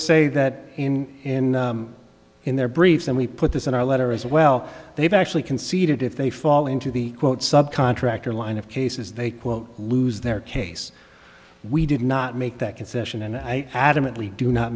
say that in in in their briefs and we put this in our letter as well they've actually conceded if they fall into the quote sub contractor line of cases they quote lose their case we did not make that concession and i adamantly do not